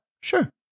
Sure